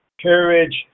courage